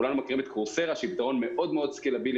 כולנו מכירים את Coursera שהיא פתרון מאוד סקלבילי,